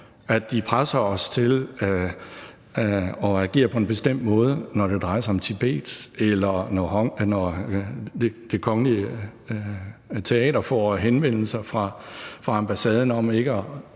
at de presser os til at agere på en bestemt måde, når det drejer sig om Tibet, eller når Det Kongelige Teater får henvendelser fra ambassaden om ikke at